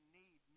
need